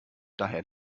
daher